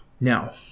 Now